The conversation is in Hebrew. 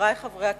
חברי חברי הכנסת,